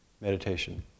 meditation